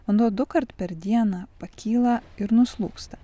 vanduo dukart per dieną pakyla ir nuslūgsta